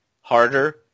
harder